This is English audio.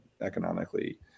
economically